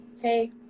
Hey